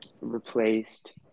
replaced